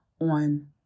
on